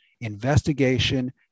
Investigation